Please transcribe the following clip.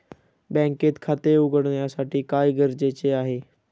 बँकेत खाते उघडण्यासाठी काय गरजेचे आहे?